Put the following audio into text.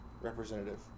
representative